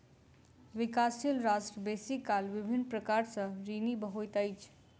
विकासशील राष्ट्र बेसी काल विभिन्न प्रकार सँ ऋणी होइत अछि